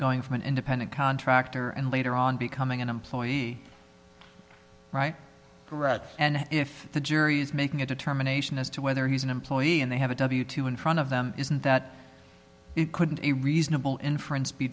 going from an independent contractor and later on becoming an employee right correct and if the jury is making a determination as to whether he's an employee and they have a w two in front of them isn't that it couldn't a reasonable inference be